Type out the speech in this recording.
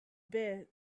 bed